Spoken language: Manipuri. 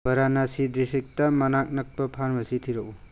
ꯕꯔꯥꯅꯥꯁꯤ ꯗꯤꯁꯇ꯭ꯔꯤꯛꯇ ꯃꯅꯥꯛ ꯅꯛꯄ ꯐꯥꯔꯃꯥꯁꯤ ꯊꯤꯔꯛꯎ